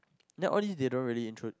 then only they don't really intro